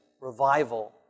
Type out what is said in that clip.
revival